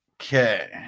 Okay